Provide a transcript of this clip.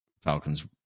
Falcons